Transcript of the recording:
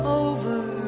over